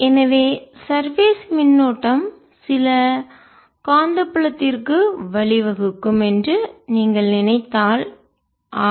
எனவே சர்பேஸ் மேற்பரப்பு மின்னோட்டம் சில காந்தப்புலத்திற்கு வழிவகுக்கும் என்று நீங்கள் நினைத்தால் ஆம்